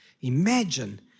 Imagine